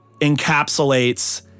encapsulates